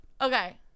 okay